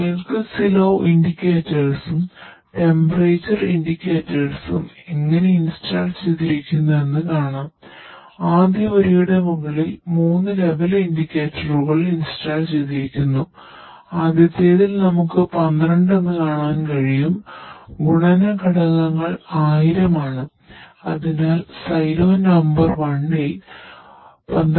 milk silo ഇന്ഡിക്കേറ്റർസും number വണ്ണിൽ 12000 litre പാലാണ് ഉള്ളത്